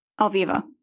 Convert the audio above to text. Alviva